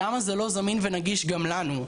למה זה לא זמין ונגיש גם לנו?